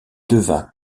devint